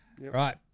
right